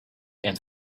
and